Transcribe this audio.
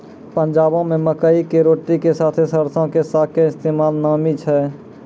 पंजाबो मे मकई के रोटी के साथे सरसो के साग के इस्तेमाल नामी छै